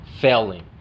failing